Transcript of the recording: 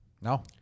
No